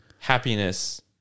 happiness